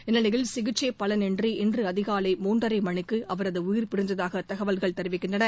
இந்நிலையில் சிகிச்சை பலன் இன்றி இன்று அதிகாலை மூன்றரை மணிக்கு அவரது உயிர் பிரிந்ததாக தகவல்கள் தெரிவிக்கின்றன